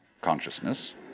consciousness